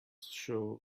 sure